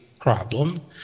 problem